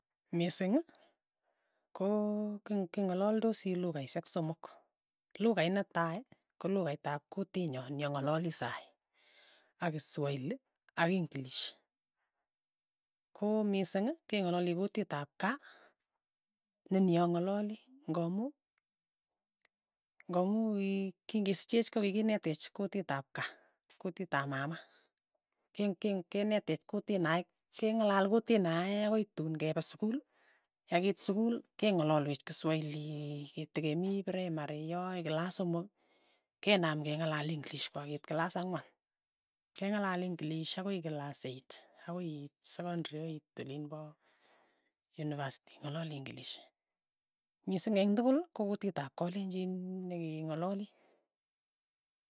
Mising, ko king king'alaldosi lukaishek somok, lukait netai ko lukait ap kutit nyo ni ang'alali saii, ak kiswahili ak ing'lish, ko mising, ke ng'alali kutit ap kaa ne ni ang'alali, ng'amu ng'amu iin king'esichech kokikinetech kutit ap kaa, kutit ap mama, keng keng kenetech kutinoe keng'alal kutit nae akoi tun kepe sukul, yakiit sukul keng'ololwech kiswailiii kitekemii praimarii yoe akoi kilas somok, kenam keng'alal ing'lish kokakiit kilas ang'wan, keng'alal ing'lish akoi kilas eit, akoi iit sekondri akoi iit olinpa unipasiti ing'alali ing'lish, mising eng' tukul, ko kutit ap kalenjin nekeng'alali.